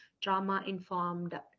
trauma-informed